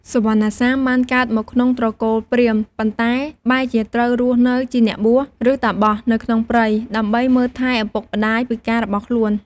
សុវណ្ណសាមបានកើតមកក្នុងត្រកូលព្រាហ្មណ៍ ប៉ុន្តែបែរជាត្រូវរស់នៅជាអ្នកបួស ឬតាបស នៅក្នុងព្រៃ ដើម្បីមើលថែឪពុកម្ដាយពិការរបស់ខ្លួន។